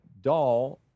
doll